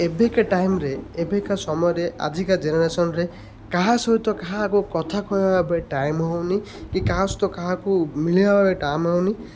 ଏବେକା ଟାଇମ୍ରେ ଏବେକା ସମୟରେ ଆଜିକା ଜେନେରେସନ୍ରେ କାହା ସହିତ କାହାକୁ କଥା କହିବା ଟାଇମ୍ ହେଉନି କି କାହା ସହିତ କାହାକୁ ମିଳିବା ଟାଇମ୍ ହେଉନି